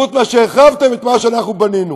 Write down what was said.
חוץ מאשר החרבתם את מה שאנחנו בנינו?